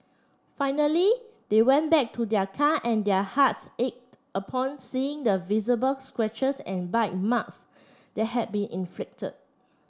finally they went back to their car and their hearts ached upon seeing the visible scratches and bite marks that had been inflicted